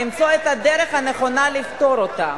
למצוא את הדרך הנכונה לפתור אותה.